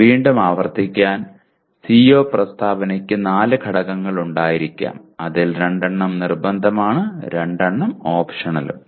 വീണ്ടും ആവർത്തിക്കാൻ സിഒ പ്രസ്താവനയ്ക്ക് നാല് ഘടകങ്ങൾ ഉണ്ടായിരിക്കാം അതിൽ രണ്ടെണ്ണം നിർബന്ധമാണ് രണ്ടെണ്ണം ഓപ്ഷണൽ ആണ്